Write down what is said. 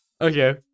Okay